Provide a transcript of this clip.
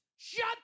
Shut